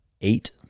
Eight